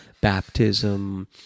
baptism